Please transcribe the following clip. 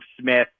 Smith